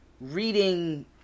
reading